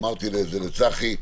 אמרתי את זה לצחי,